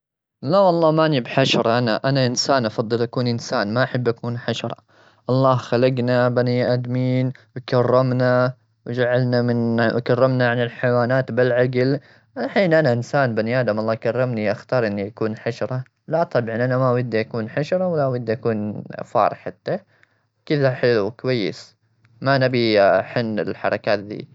لا والله، ماني بحشرة ، أنا-أنا إنسان. أفضل أكون إنسان، ما أحب أكون حشرة. الله خلقنا بني آدمين، كرمنا وجعلنا من وكرمنا عن الحيوانات بالعقل. الحين أنا إنسان بني آدم، الله كرمني. اختارني أكون حشرة؟ لا طبعا، أنا ما ودي أكون حشرة، ولا ودي أكون فار حتى. كذا حلو، كويس، ما نبي حنا الحركات ذي.